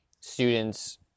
Students